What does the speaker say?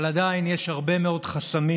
אבל עדיין יש הרבה מאוד חסמים,